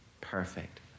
perfect